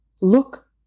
Look